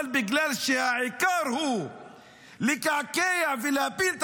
אבל בגלל שהעיקר הוא לקעקע ולהפיל את